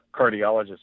cardiologist